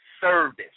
service